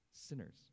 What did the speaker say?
sinners